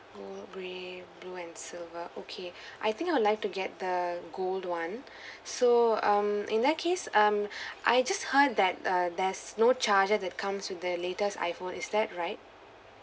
gold grey blue and silver okay I think I would like to get the gold [one] so um in that case um I just heard that uh there's no charger that comes with the latest iphone is that right